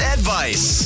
Advice